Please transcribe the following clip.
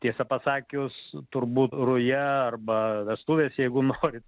tiesą pasakius turbūt ruja arba vestuvės jeigu norit